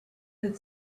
had